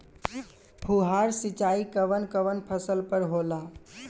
फुहार सिंचाई कवन कवन फ़सल पर होला?